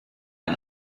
ein